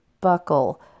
Buckle